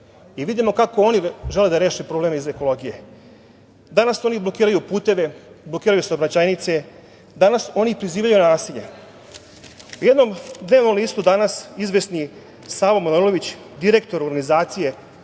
i vidimo kako oni žele da reše probleme iz ekologije. Danas oni blokiraju puteve, blokiraju saobraćajnice, danas oni pozivaju na nasilje. U jednom dnevnom listu „Danas“ izvesni Savo Manojlović, direktor organizacije,